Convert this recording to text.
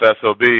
SOB